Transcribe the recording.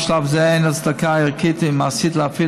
בשלב זה אין הצדקה ערכית ומעשית להפעיל